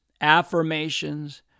affirmations